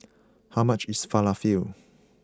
how much is Falafel